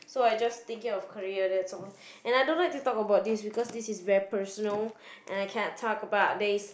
So I just thinking of career that's all and I don't like to talk about this because this is very personal and I don't like to talk about this